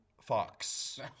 Fox